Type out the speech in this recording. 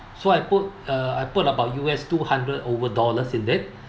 so I put uh I put about U_S two hundred over dollars in it